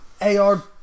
AR